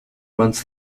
months